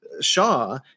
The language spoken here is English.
Shaw